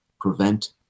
prevent